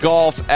Golf